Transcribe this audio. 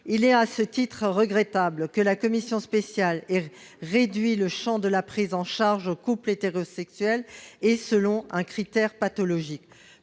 il est regrettable que la commission spéciale ait réduit le champ de la prise en charge aux couples hétérosexuels et selon un critère pathologique.